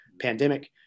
pandemic